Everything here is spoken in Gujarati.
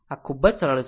આ ખૂબ જ સરળ છે